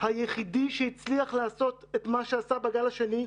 היחידי שהצליח לעשות את מה שעשה בגל השני.